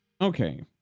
Okay